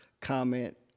comment